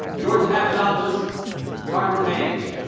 george papadopoulos and carter page.